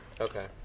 Okay